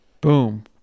boom